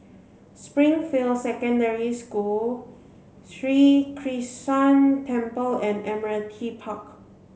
Springfield Secondary School Sri Krishnan Temple and Admiralty Park